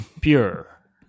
pure